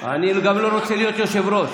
אני גם לא רוצה להיות יושב-ראש,